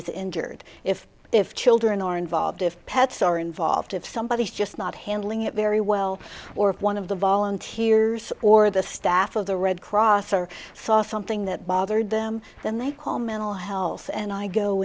is injured if if children are involved if pets are involved if somebody is just not handling it very well or if one of the volunteers or the staff of the red cross or saw something that bothered them then they call mental health and i go